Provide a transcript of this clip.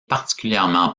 particulièrement